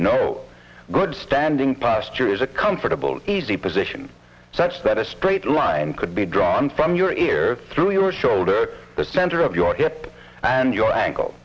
no good standing posture is a comfortable easy position such that a straight line could be drawn from your ear through your shoulder the center of your hip and your ankle